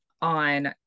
on